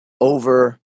over